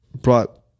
brought